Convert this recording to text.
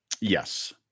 Yes